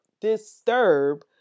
Disturb